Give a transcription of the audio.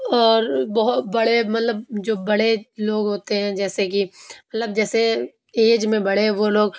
اور بہت بڑے مطلب جو بڑے لوگ ہوتے ہیں جیسے کی مطلب جیسے ایج میں بڑے وہ لوگ